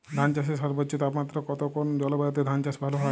ধান চাষে সর্বোচ্চ তাপমাত্রা কত কোন জলবায়ুতে ধান চাষ ভালো হয়?